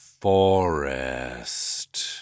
Forest